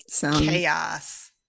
Chaos